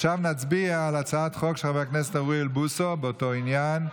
עכשיו נצביע על הצעת החוק של חבר הכנסת אוריאל בוסו באותו עניין.